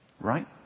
Right